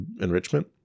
enrichment